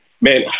Man